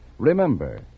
Remember